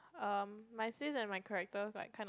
um my sis and my character like kind of